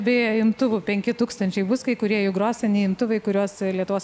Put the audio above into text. beje imtuvų penki tūkstančiai bus kai kurie jų gros seni imtuvai kuriuos lietuvos